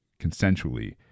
consensually